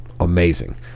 amazing